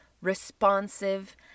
responsive